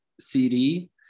CD